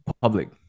public